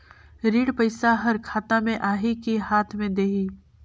ऋण पइसा हर खाता मे आही की हाथ मे देही?